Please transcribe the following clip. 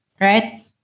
Right